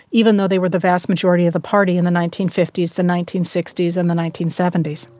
even though they were the vast majority of the party in the nineteen fifty s, the nineteen sixty s and the nineteen seventy s.